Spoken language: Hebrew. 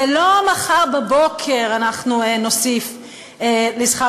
זה לא שמחר בבוקר אנחנו נוסיף לשכר